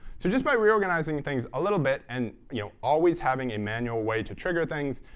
so just by reorganizing and things a little bit and you know always having a manual way to trigger things,